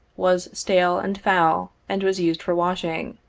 was stale and foul and was used for washing,